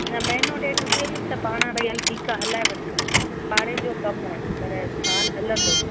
न महीनो ॾेढु हुजे पाण भई हलु ठीकु आहे हलाए वठूं पाड़े जो कमु आहे पर सालु हलंदो